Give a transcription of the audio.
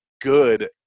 good